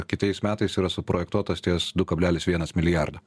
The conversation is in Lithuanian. kitais metais yra suprojektuotas ties du kablelis vienas milijardo